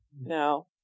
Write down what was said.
No